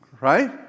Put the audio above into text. Right